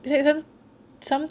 like some some